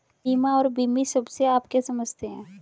बीमा और बीमित शब्द से आप क्या समझते हैं?